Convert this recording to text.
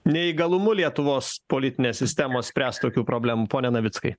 neįgalumu lietuvos politinės sistemos spręst tokių problemų pone navickai